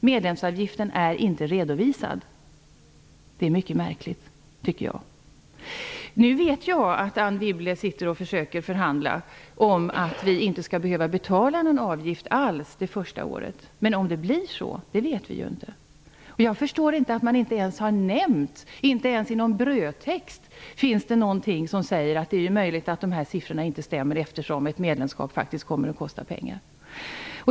Medlemsavgiften är inte redovisad. Det är mycket märkligt, tycker jag. Nu vet jag att Anne Wibble försöker förhandla om att vi inte skall behöva betala någon avgift alls det första året. Men om det blir så vet vi ju inte. Jag förstår inte att det inte ens i någon brödtext finns något som säger att det är möjligt att de här siffrorna inte stämmer, eftersom ett medlemskap faktiskt kommer att kosta pengar.